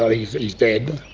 ah he's he's dead.